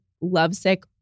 lovesick